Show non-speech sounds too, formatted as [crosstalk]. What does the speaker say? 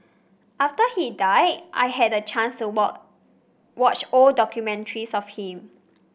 after he died I had the chance to [unintelligible] watch old documentaries of him